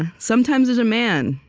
and sometimes, there's a man.